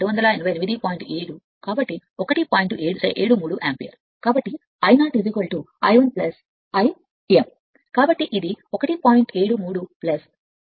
73 ampere కాబట్టి I 0 I i I m కాబట్టి ఇది 1